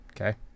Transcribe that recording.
Okay